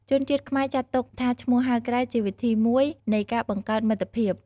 ជនជាតិខ្មែរចាត់ទុកថាឈ្មោះហៅក្រៅជាវិធីមួយនៃការបង្កើតមិត្តភាព។